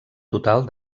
total